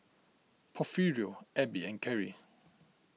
Porfirio Abbey and Kerri